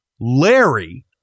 Larry